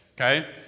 Okay